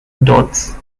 dodds